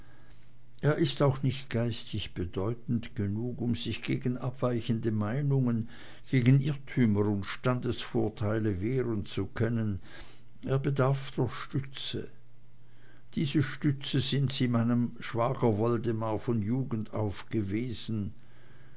er ist auch nicht geistig bedeutend genug um sich gegen abweichende meinungen gegen irrtümer und standesvorurteile wehren zu können er bedarf der stütze diese stütze sind sie meinem schwager woldemar von jugend auf gewesen